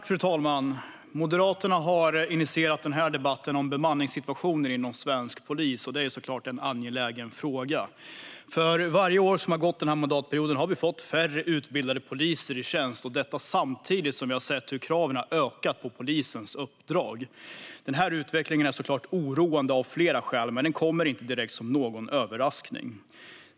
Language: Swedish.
Fru talman! Moderaterna har initierat denna debatt om bemanningssituationen inom svensk polis, och det är såklart en angelägen fråga. För varje år som har gått denna mandatperiod har vi fått färre utbildade poliser i tjänst, detta samtidigt som vi har sett hur kraven har ökat på polisens uppdrag. Den här utvecklingen är såklart oroande av flera skäl, men den kommer inte direkt som någon överraskning.